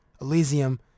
Elysium